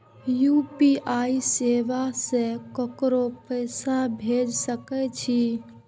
UPI सेवा से ककरो पैसा भेज सके छी?